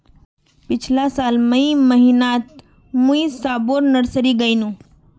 पिछला साल मई महीनातमुई सबोर नर्सरी गायेनू